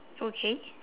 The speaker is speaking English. okay